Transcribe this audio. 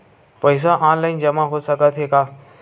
पईसा ऑनलाइन जमा हो साकत हे का?